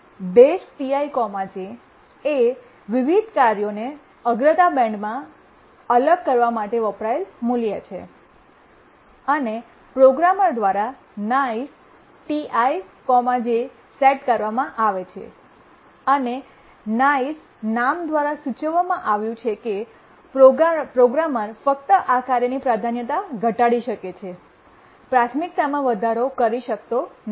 baseTi j એ વિવિધ કાર્યોને અગ્રતા બેન્ડમાં અલગ કરવા માટે વપરાયેલ મૂલ્ય છે અને પ્રોગ્રામર દ્વારા niceTi j સેટ કરવામાં આવે છે અને નાઇસ નામ દ્વારા સૂચવવામાં આવ્યું છે કે પ્રોગ્રામર ફક્ત આ કાર્યની પ્રાધાન્યતા ઘટાડી શકે છે પ્રાથમિકતામાં વધારો કરી શકતો નથી